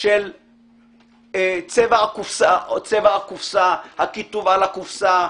של צבע הקופסה, הכיתוב על הקופסה,